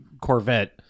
Corvette